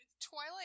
Twilight